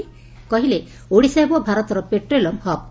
କହିଲେ ଓଡ଼ିଶା ହେବ ଭାରତର ପେଟ୍ରୋଲିୟମ୍ ହବ୍